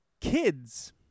kids